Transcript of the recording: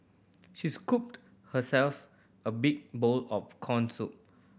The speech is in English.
she scooped herself a big bowl of corn soup